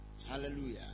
Hallelujah